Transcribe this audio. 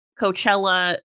Coachella